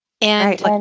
And-